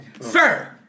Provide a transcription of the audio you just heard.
Sir